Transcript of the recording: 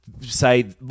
say